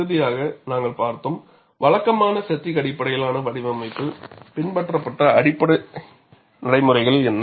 இறுதியாக நாங்கள் பார்த்தோம் வழக்கமான பெட்டிக் அடிப்படையிலான வடிவமைப்பில் பின்பற்றப்பட்ட அடிப்படை நடைமுறைகள் என்ன